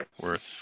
worth